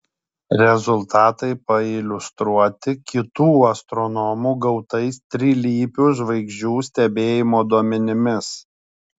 rezultatai pailiustruoti kitų astronomų gautais trilypių žvaigždžių stebėjimo duomenimis